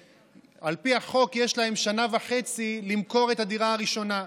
ועל פי החוק יש להם שנה וחצי למכור את הדירה הראשונה.